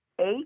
eight